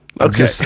okay